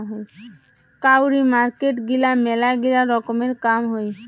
কাউরি মার্কেট গিলা মেলাগিলা রকমের কাম হই